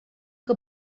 que